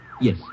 Yes